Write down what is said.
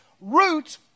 root